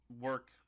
work